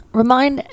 remind